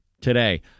today